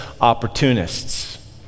opportunists